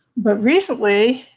but recently,